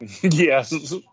Yes